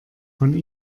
von